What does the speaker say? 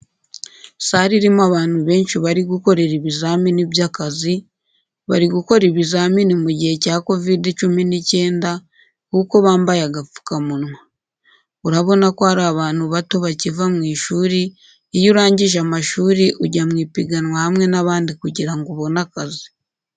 Sale irimo abantu benshi bari gukorera ibizamini by'akazi, bari gukora ibizamini mu gihe cya Covid cumi n'icyenda kuko bambaye agapfukamunwa. Urabona ko ari abantu bato bakiva mu ishuri, iyo urangije amashuri, ujya mu ipiganwa hamwe n'abandi kugira ngo ubone akazi.